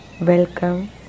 Welcome